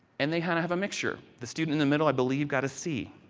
and they had have a mixture. the student in the middle, i believe, got a c,